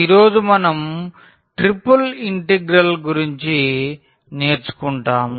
ఈ రోజు మనం ట్రిపుల్ ఇంటిగ్రల్స్ గురించి నేర్చుకుంటాము